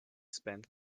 spend